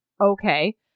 okay